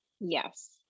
Yes